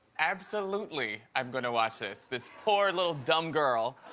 absolutely i'm gonna watch this. this poor, little, dumb girl.